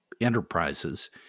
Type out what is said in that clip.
enterprises